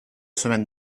semaine